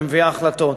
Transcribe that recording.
ומביאה החלטות.